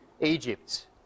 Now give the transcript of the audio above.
Egypt